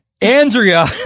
Andrea